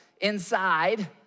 inside